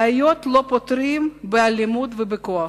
בעיות לא פותרים באלימות ובכוח,